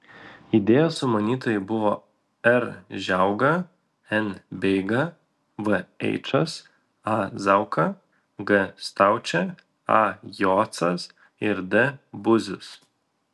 idėjos sumanytojai buvo r žiauga n beiga v eičas a zauka g staučė a jocas ir d buzius